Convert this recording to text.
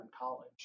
college